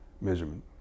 measurement